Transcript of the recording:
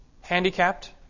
handicapped